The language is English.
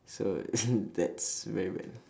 so as in that's very bad